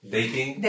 Dating